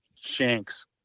shanks